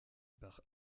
par